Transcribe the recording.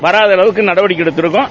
வராத அளவுக்கு நடவடிக்கை எடுத்திருக்கோம்